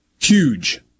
Huge